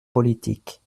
politiques